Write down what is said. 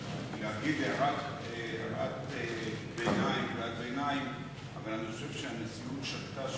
להגיד בקריאת ביניים: אני חושב שהנשיאות שגתה,